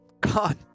gone